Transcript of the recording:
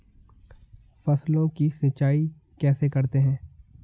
फसलों की सिंचाई कैसे करते हैं?